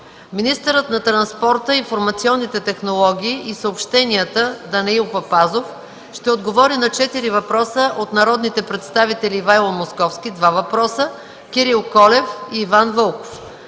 Министърът на транспорта, информационните технологии и съобщенията Данаил Папазов ще отговори на четири въпроса от народните представители Ивайло Московски – два въпроса, Кирил Колев, и Иван Вълков.